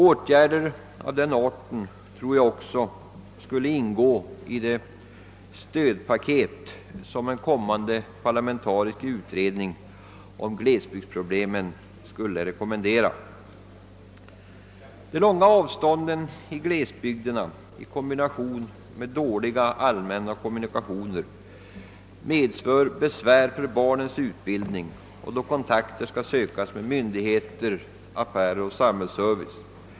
Åtgärder av denna art torde ingå i det »stödpaket» som en kommande parlamentarisk utredning av glesbygdsproblemen kan rekommendera. De långa avstånden i glesbygderna i kombination med dåliga allmänna kommunikationer medför besvär vid barnens utbildning och då kontakter skall sökas med myndigheter, affärer och organ för samhällsservice.